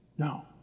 No